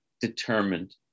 determined